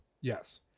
Yes